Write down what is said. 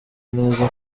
neza